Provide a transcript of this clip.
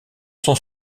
sont